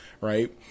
Right